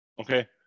okay